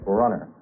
runner